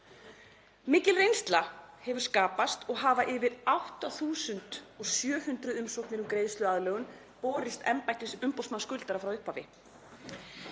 Mikil reynsla hefur skapast og hafa yfir 8.700 umsóknir um greiðsluaðlögun borist embætti umboðsmanns skuldara frá upphafi.